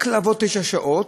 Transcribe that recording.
רק לעבוד תשע שעות.